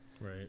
Right